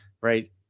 right